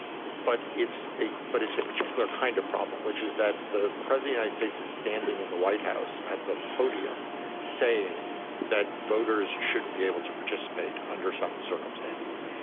but it's a but it's a particular kind of problem, which is that the president, i states, is standing in the white house at the podium saying that voters shouldn't be able to participate under some circumstances.